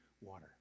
water